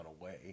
away